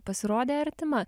pasirodė artima